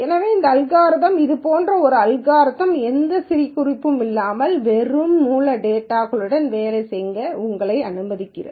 எனவே அந்த வகையில் இது போன்ற ஒரு அல்காரிதம் எந்த சிறுகுறிப்பும் இல்லாமல் வெறும் மூல டேட்டாகளுடன் வேலை செய்ய உங்களை அனுமதிக்கிறது